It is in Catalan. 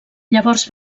llavors